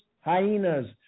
hyenas